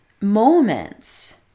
moments